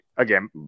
again